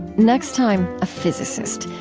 next time, a physicist,